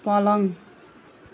पलङ